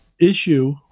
issue